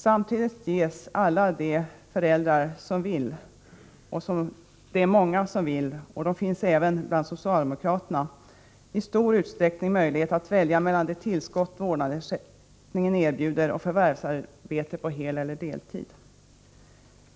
Samtidigt ges alla de föräldrar som vill — det är många som vill, och de finns även bland socialdemokraterna — i stor utsträckning möjlighet att välja mellan det tillskott vårdnadsersättningen erbjuder och förvärvsarbete på heleller deltid.